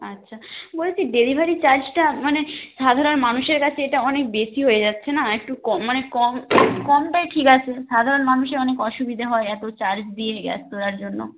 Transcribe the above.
আচ্ছা বলছি ডেলিভারি চার্জটা মানে সাধারণ মানুষের কাছে এটা অনেক বেশি হয়ে যাচ্ছে না একটু কম মানে কম কমটাই ঠিক আছে সাধারণ মানুষের অনেক অসুবিধে হয় এত চার্জ দিয়ে গ্যাস তোলার জন্য